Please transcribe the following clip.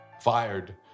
fired